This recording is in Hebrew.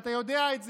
ואתה יודע את זה.